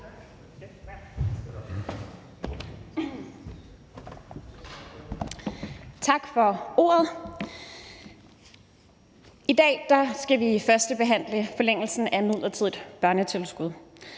Tak for ordet. I dag skal vi førstebehandle forlængelsen af midlertidigt børnetilskud.